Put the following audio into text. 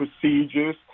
procedures